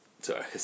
sorry